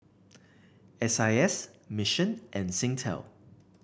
S I S Mission and Singtel